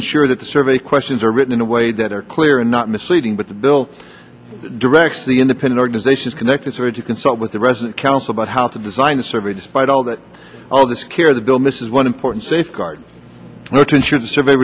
ensure that the survey questions are written in a way that are clear and not misleading but the bill directs the independent organizations connected to consult with the resident council about how to design a survey despite all that all this care the bill misses one important safeguards were to ensure the survey